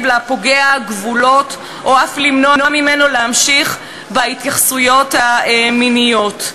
לפוגע גבולות או אף למנוע ממנו להמשיך בהתייחסויות המיניות".